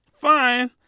fine